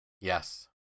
yes